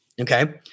Okay